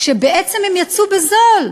כשבעצם הם יצאו בזול.